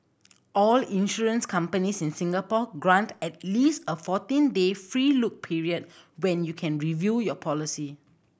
all insurance companies in Singapore grant at least a fourteen day free look period when you can review your policy